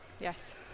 yes